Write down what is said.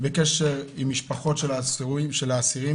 בקשר עם משפחות של האסירים,